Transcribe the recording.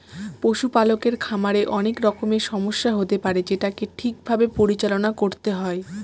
পশুপালকের খামারে অনেক রকমের সমস্যা হতে পারে যেটাকে ঠিক ভাবে পরিচালনা করতে হয়